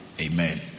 Amen